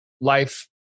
life